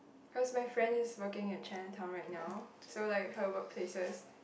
cause my friend is working at Chinatown right now so like her workplaces